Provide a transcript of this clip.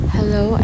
Hello